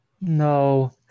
No